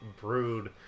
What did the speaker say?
Brood